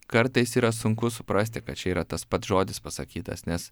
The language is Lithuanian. kartais yra sunku suprasti kad čia yra tas pats žodis pasakytas nes